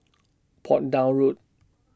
Portsdown Road